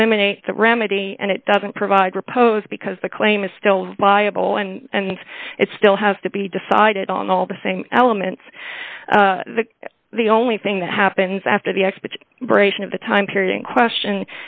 eliminate the remedy and it doesn't provide riposte because the claim is still viable and it still has to be decided on all the same elements that the only thing that happens after the experts ration of the time period in question